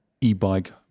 e-bike